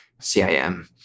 CIM